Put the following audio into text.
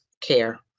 care